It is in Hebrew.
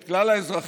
את כלל האזרחים,